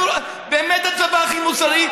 אנחנו באמת הצבא הכי מוסרי,